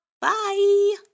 Bye